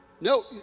No